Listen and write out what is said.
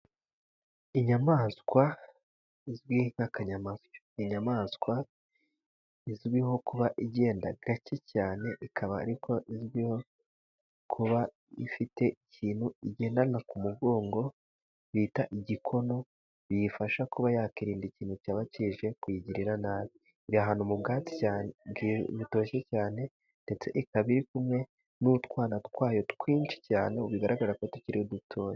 Inyamaswa izwi nk'akanyamasyo. Inyamaswa izwiho kuba igenda gake cyane ,ikaba ariko izwiho kuba ifite ikintu igendana ku mugongo bita igikono biyifasha kuba yakirinda ikintu cyaba kije kuyigirira nabi . Iri ahantu mu bwatsi butoshye cyane, ndetse ikaba iri kumwe n'utwana twayo twinshi cyane bigaragara ko tukiri dutoya.